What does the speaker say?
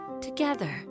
together